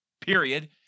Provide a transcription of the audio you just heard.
period